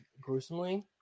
gruesomely